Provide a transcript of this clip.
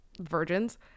virgins